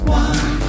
one